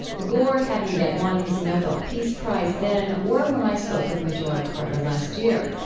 gore hadn't yet won his nobel peace prize then or when i spoke with majora carter last year.